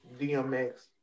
DMX